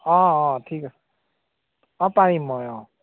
অঁ অঁ ঠিক আছে অঁ পাৰিম মই অঁ